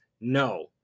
no